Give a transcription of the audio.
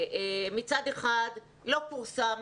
מצד אחד לא פורסמו